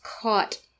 caught